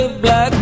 black